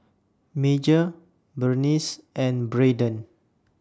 Major Berniece and Brayden